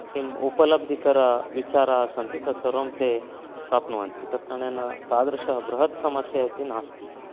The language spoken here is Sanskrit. किम् उपलब्धिकरविचाराः सन्ति तत् सर्वं ते प्राप्नुवन्ति तत् कारणेन तादृश बृहत् समस्या इति नास्ति